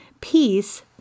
peace